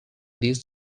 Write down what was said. this